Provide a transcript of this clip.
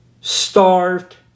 starved